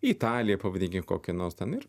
italija pavadinkim kokia nors ten ir